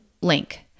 link